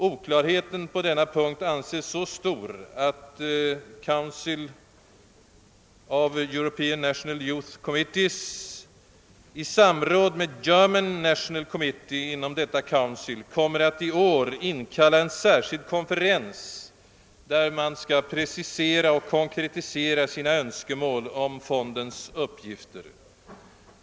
Oklarheten på denna punkt anses så stor, att Council of European National Youth Committees i samråd med German National Committee inom detta council kommer alt i år inkalla en särskild konferens, där man skall precisera och konkretisera sina önskemål om fondens uppgifter.